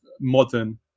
modern